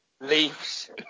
leaves